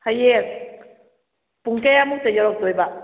ꯍꯌꯦꯡ ꯄꯨꯡ ꯀꯌꯥꯃꯨꯛꯇ ꯌꯧꯔꯛꯇꯣꯏꯕ